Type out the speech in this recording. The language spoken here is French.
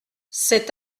cet